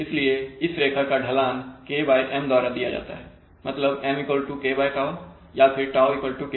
इसलिए इस रेखा का ढलान KM द्वारा दिया जाता है मतलब M K τ या फिर τ KM